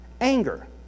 anger